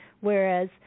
Whereas